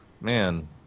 Man